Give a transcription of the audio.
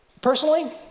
Personally